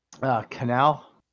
Canal